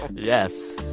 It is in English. yes.